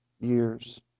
years